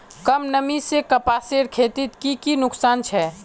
कम नमी से कपासेर खेतीत की की नुकसान छे?